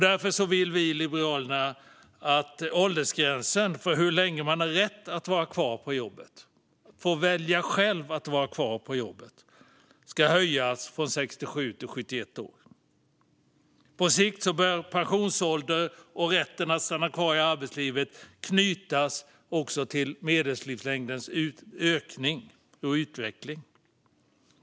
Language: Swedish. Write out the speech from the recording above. Därför vill Liberalerna att åldersgränsen för hur länge man har rätt att vara kvar på jobbet ska höjas från 67 till 71 år. Man ska själv kunna välja att vara kvar på jobbet. På sikt bör pensionsåldern och rätten att stanna kvar i arbetslivet knytas till medellivslängdens ökning och utveckling.